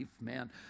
man